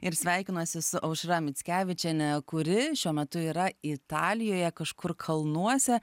ir sveikinuosi su aušra mickevičiene kuri šiuo metu yra italijoje kažkur kalnuose